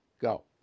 go